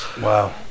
Wow